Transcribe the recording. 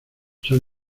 son